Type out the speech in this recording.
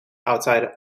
outside